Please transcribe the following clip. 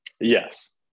Yes